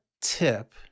tip